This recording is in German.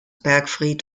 bergfried